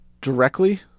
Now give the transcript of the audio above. directly